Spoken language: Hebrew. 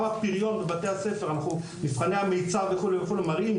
מבחני המיצב מראים שלמרות שאנחנו נמצאים הכי